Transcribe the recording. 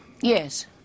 Yes